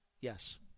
Yes